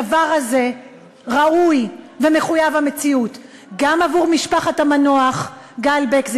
הדבר הזה ראוי ומחויב המציאות גם עבור משפחת המנוח גל בק,